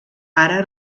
ara